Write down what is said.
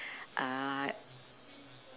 uh